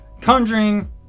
Conjuring